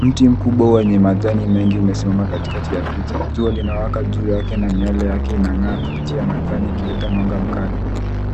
Mti mkubwa wenye majani mengi imesimama kati kati ya picha jua linawaka juu yake na miale yake inangaa kupitia mandhari ikileta mwanga mkali